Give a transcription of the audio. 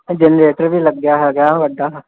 generator ਵੀ ਲੱਗਿਆ ਹੈਗਾ ਵੱਡਾ